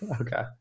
okay